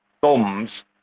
thumbs